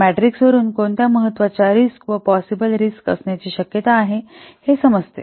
त्या मॅट्रिक्स वरून कोणत्या महत्वाच्या रिस्क व पॉसिबल रिस्क येण्याची शक्यता आहे हे समजते